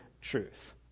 truth